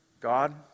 God